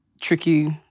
tricky